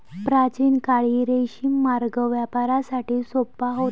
प्राचीन काळी रेशीम मार्ग व्यापारासाठी सोपा होता